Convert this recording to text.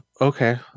okay